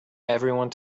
everyone